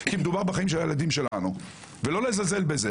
כי מדובר בחיים של הילדים שלנו ולא לזלזל בזה